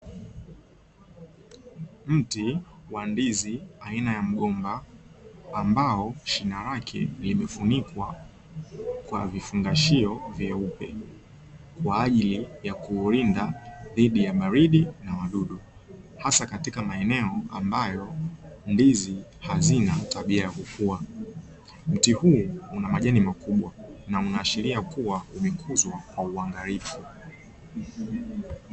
Mti wa ndizi aina ya mgomba ambao shina lake limefunikwa kwa vifungashio vyeupe kwa ajili ya kuulinda dhidi ya baridi na wadudu hasa katika maeneo ambayo ndizi hazina tabia ya kukua. Mti huu una majani makubwa na unaashiria kuwa umekuzwa kwa uangalifu.